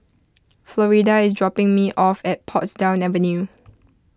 Florida is dropping me off at Portsdown Avenue